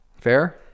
Fair